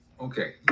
Okay